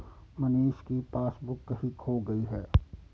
मनीष की पासबुक कहीं खो गई है